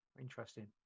interesting